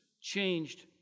changed